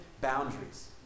boundaries